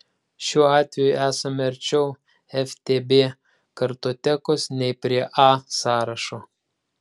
šiuo atveju esame arčiau ftb kartotekos nei prie a sąrašo